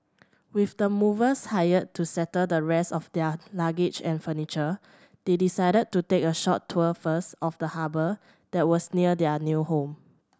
with the movers hired to settle the rest of their luggage and furniture they decided to take a short tour first of the harbour that was near their new home